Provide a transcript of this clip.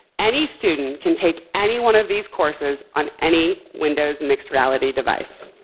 any student can take any one of these courses on any windows mixed reality device.